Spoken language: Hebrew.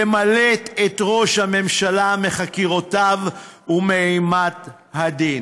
למלט את ראש הממשלה מחקירותיו ומאימת הדין.